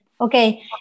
Okay